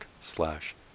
slash